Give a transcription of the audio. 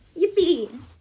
Yippee